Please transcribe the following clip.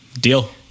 Deal